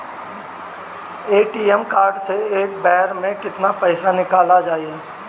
ATM card से एक बेर मे केतना पईसा निकल जाई?